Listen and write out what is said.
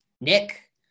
Nick